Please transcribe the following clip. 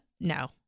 no